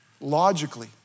logically